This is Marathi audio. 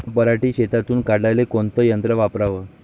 पराटी शेतातुन काढाले कोनचं यंत्र वापराव?